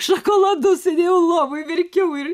šokoladus sėdėjau lovoj verkiau ir